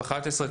אוקי.